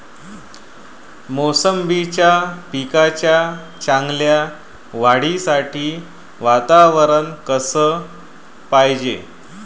मोसंबीच्या पिकाच्या चांगल्या वाढीसाठी वातावरन कस पायजे?